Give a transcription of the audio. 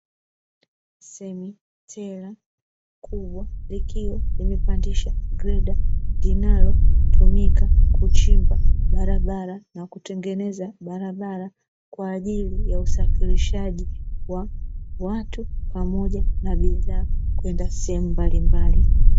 Semitela kubwa likiwa limepandisha greda linalotumika kuchimba barabara na kutengeneza barabara, kwa ajili ya usafirishaji wa watu pamoja na bidhaa kwenda sehemu mbalimbali.